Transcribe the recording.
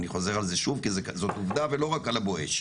אני חוזר על זה שוב כי זאת עובדה ולא רק על ה"בואש",